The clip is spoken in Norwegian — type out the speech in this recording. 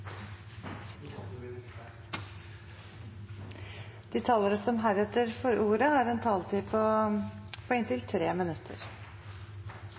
De talere som heretter får ordet, har også en taletid på inntil 3 minutter.